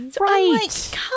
Right